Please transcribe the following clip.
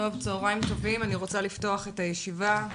צהרים טובים, אני רוצה לפתוח את הישיבה.